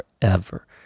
forever